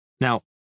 Now